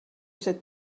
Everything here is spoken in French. cette